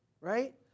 right